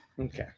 Okay